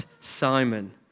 Simon